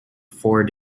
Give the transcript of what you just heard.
four